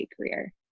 career